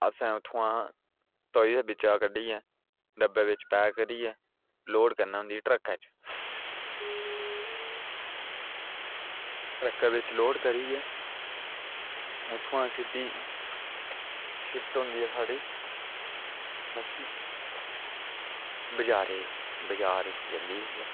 असें उत्थुआं त'वी दे बिच्चा कड्ढियै डब्बे बिच पैक करियै लोड़ करना होंदी ट्रकै च ट्रकै बिच लोड करियै उत्थुआं सिद्धी शिफ्ट होंदी ऐ साढ़ी मच्छी बजारै ई बाजार च जंदी इसलै